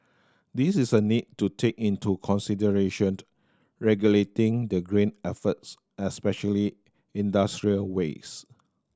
this is a need to take into consideration regulating the green efforts especially industrial waste